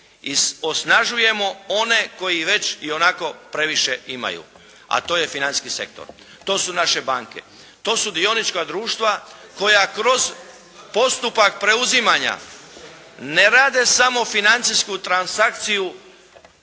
i osnažujemo one koji već ionako previše imaju. A to je financijski sektor. To su naše banke. To su dionička društva koja kroz postupak preuzimanja ne rade samo financijsku transakciju